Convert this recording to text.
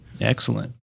Excellent